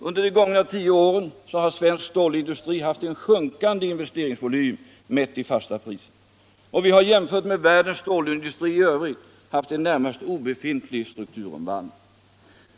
Under de gångna tio åren har svensk stålindustri haft en sjunkande investeringsvolym, mätt i fasta priser, och vi har jämfört med världens stålindustri i övrigt haft en närmast obefintlig strukturomvandling.